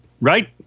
right